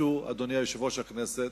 משהו, אדוני יושב-ראש הכנסת,